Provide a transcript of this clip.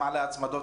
גם על ההצמדות,